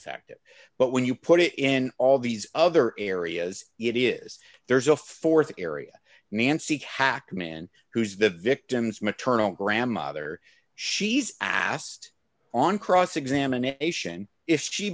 effect but when you put it in all these other areas it is there's a th area nancy hackman who's the victim's maternal grandmother she's asked on cross examination if she